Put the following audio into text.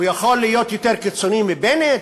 הוא יכול להיות יותר קיצוני מבנט,